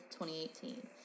2018